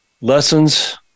Lessons